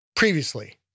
Previously